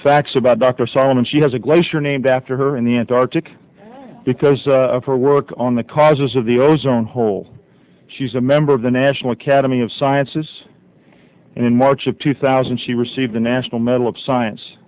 facts about dr solomon she has a glacier named after her in the antarctic because of her work on the causes of the ozone hole she's a member of the national academy of sciences in march of two thousand and she received the national medal of science